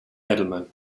edelman